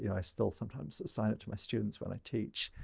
you know i still sometimes assign it to my students when i teach.